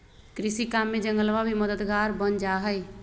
कृषि काम में जंगलवा भी मददगार बन जाहई